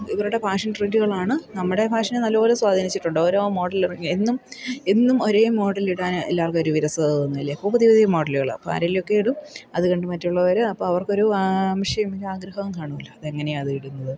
ഇവരുടെ ഫാഷൻ ട്രെൻ്റുകളാണ് നമ്മുടെ ഫാഷനെ നല്ലപോലെ സ്വാധീനിച്ചിട്ടുണ്ട് ഓരോ മോഡലിറങ്ങിയാൽ എന്നും എന്നും ഒരേ മോഡലിടാൻ എല്ലാവർക്കും ഒരു വിരസത തോന്നുന്നില്ലേ അപ്പോൾ പുതിയ പുതിയ മോഡലുകൾ അപ്പോൾ ആരെങ്കിലുമൊക്കെ ഇടും അതു കണ്ട് മറ്റുള്ളവർ അപ്പോൾ അവർക്കൊരു ആവശ്യം ഒരു ആഗ്രഹവും കാണുമല്ലോ അതെങ്ങനെയാണ് അത് ഇടുന്നത്